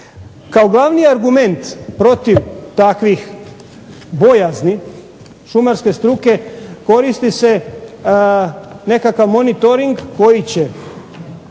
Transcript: Kao glavni argument protiv takvih bojazni šumarske struke koristi se nekakav monitoring koji će